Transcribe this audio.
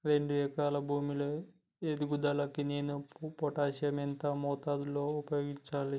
రెండు ఎకరాల భూమి లో ఎదుగుదలకి నేను పొటాషియం ఎంత మోతాదు లో ఉపయోగించాలి?